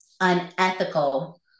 unethical